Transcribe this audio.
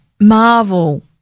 marvel